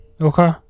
Okay